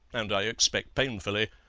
and i expect painfully,